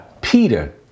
Peter